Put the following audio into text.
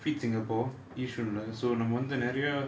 feed singapore so நம்ம வந்து நிறைய:namma vanthu niraya